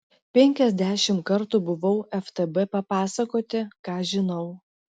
penkiasdešimt kartų buvau ftb papasakoti ką žinau